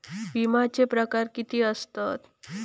विमाचे प्रकार किती असतत?